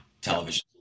television